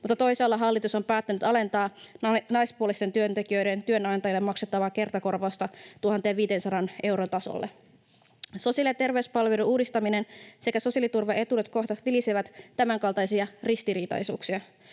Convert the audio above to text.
Mutta toisaalla hallitus on päättänyt alentaa naispuolisten työntekijöiden työnantajille maksettava kertakorvausta 1 500 euron tasolle. Sosiaali- ja terveyspalveluiden uudistamisen sekä sosiaaliturvaetuuksien kohdat vilisevät tämänkaltaisia ristiriitaisuuksia.